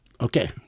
Okay